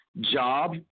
job